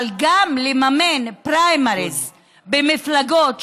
אבל גם לממן פריימריז במפלגות,